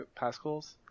Pascals